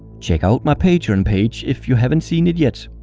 check out my patreon page, if you haven't seen it yet.